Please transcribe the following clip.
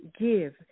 Give